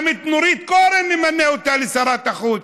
גם את נורית קורן, נמנה אותה לשרת החוץ,